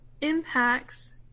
impacts